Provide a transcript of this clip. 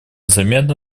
заметно